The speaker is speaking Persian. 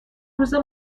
روزه